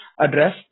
address